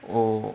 oh